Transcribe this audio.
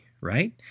right